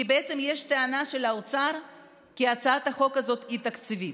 כי בעצם יש טענה של האוצר שהצעת החוק הזאת היא תקציבית.